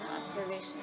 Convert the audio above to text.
observation